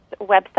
website